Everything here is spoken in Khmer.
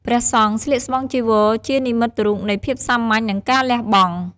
ព្រះសង្ឃស្លៀកស្បង់ចីវរជានិមិត្តរូបនៃភាពសាមញ្ញនិងការលះបង់។